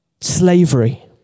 Slavery